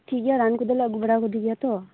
ᱴᱷᱤᱠ ᱜᱮᱭᱟ ᱨᱟᱱ ᱠᱚᱫᱚᱞᱮ ᱟᱜᱩ ᱵᱟᱲᱟ ᱠᱟᱣᱫᱮ ᱜᱮᱭᱟ ᱛᱚ